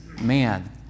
man